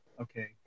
okay